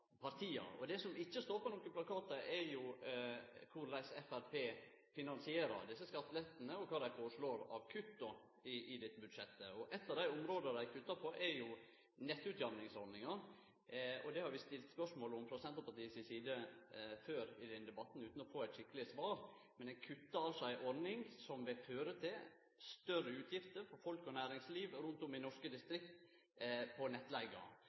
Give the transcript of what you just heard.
partia. Det som ikkje står på nokon plakat, er korleis Framstegspartiet finansierer desse skattelettane og kva dei foreslår av kutt i dette budsjettet. Eit av dei områda dei kuttar på, er utjamningsordninga for nettleige. Det har vi stilt spørsmål om frå Senterpartiet si side før i denne debatten, utan å få eit skikkeleg svar. Men ein kuttar altså i ei ordning som vil føre til større utgifter for folk og næringsliv rundt om i norske distrikt på nettleiga.